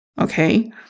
Okay